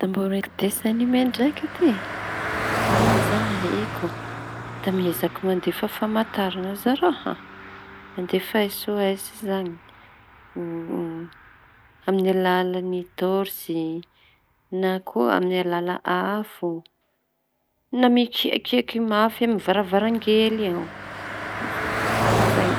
Da mbo rehaky desin anime ndraiky ty. Ino izañy ny ahiko da miezaky mandefa famantara az rah, mandefa esôsy ireñy: amy alalany tôsry, na koa amy alala afo, na mikiakiaky mafy amy varangara kely iô; zay.